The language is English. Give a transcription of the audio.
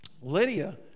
Lydia